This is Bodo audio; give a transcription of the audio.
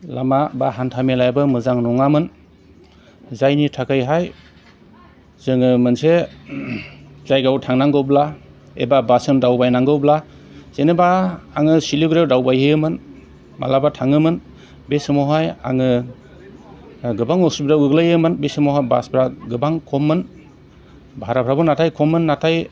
लामा बा हान्थामेलायाबो मोजां नङामोन जायनि थाखैहाय जोङो मोनसे जायगायाव थानांगौब्ला एबा बासजों दावबायनांगौब्ला जेनेबा आङो सिलिगुरियाव दावबायहैयोमोन माब्लाबा थाङोमोन बे समावहाय आङो आं गोबां उसुबिदायाव गोग्लैयोमोन बे समाव बासफ्रा गोबां खममोन भाराफ्राबो नाथाय खममोन नाथाय